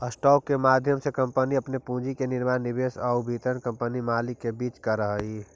stock के माध्यम से कंपनी अपन पूंजी के निर्माण निवेश आउ वितरण कंपनी के मालिक के बीच करऽ हइ